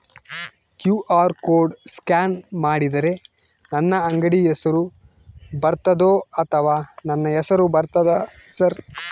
QR code scan ಮಾಡಿದರೆ ನನ್ನ ಅಂಗಡಿ ಹೆಸರು ಬರ್ತದೋ ಅಥವಾ ನನ್ನ ಹೆಸರು ಬರ್ತದ ಸರ್?